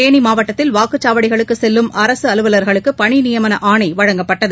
தேனிமாவட்டத்தில் வாக்குச்சாவடிகளுக்குசெல்லும் அரசு அலுவலர்களுக்குபணி நியமனஆணைவழங்கப்பட்டது